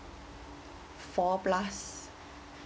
four plus